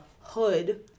hood